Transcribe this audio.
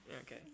Okay